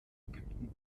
ägypten